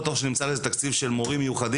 כי אני לא בטוח שנמצא לזה תקציב של מורים מיוחדים.